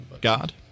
God